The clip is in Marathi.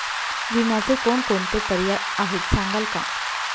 विम्याचे कोणकोणते पर्याय आहेत सांगाल का?